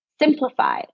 simplify